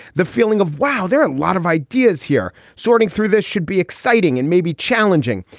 the feeling of wow. there are a lot of ideas here. sorting through this should be exciting and maybe challenging.